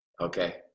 Okay